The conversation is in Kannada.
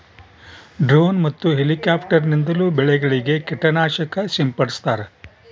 ಡ್ರೋನ್ ಮತ್ತು ಎಲಿಕ್ಯಾಪ್ಟಾರ್ ನಿಂದಲೂ ಬೆಳೆಗಳಿಗೆ ಕೀಟ ನಾಶಕ ಸಿಂಪಡಿಸ್ತಾರ